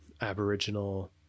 Aboriginal